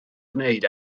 gwneud